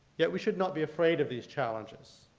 yet we should not be afraid of these challenges.